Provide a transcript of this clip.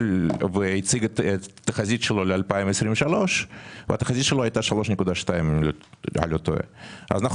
והציג את התחזית שלו ל-2023 והתחזית שלו הייתה 3.2. אז אנחנו